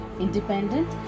independent